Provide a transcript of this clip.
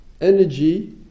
energy